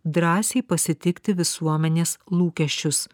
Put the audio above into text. drąsiai pasitikti visuomenės lūkesčius